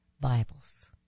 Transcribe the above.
Bibles